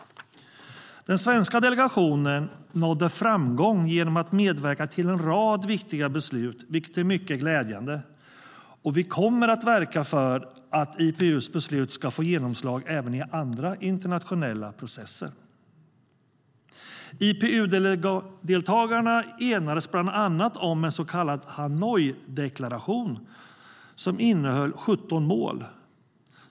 Den svenska delegationen nådde framgång genom att medverka till en rad viktiga beslut, vilket är mycket glädjande. Vi kommer att verka för att IPU:s beslut ska få genomslag även i andra internationella processer. IPU-deltagarna enades bland annat om en så kallad Hanoideklaration, som innehöll 17 mål.